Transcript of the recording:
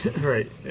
Right